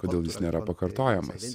kodėl jis nėra pakartojamas